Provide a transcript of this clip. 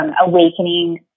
awakening